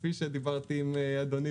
כפי שדיברתי עם אדוני,